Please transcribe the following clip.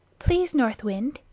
please, north wind,